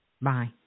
Bye